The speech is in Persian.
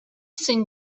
سین